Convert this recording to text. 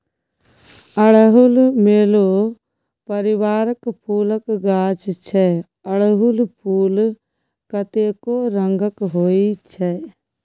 अड़हुल मेलो परिबारक फुलक गाछ छै अरहुल फुल कतेको रंगक होइ छै